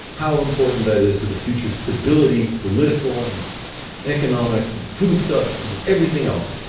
how important that is to the future stability, political, and economic, and foodstuffs, and everything else,